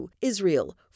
Israel